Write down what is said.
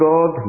God